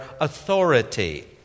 authority